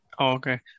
Okay